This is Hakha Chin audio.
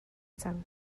cang